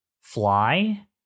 fly